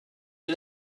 les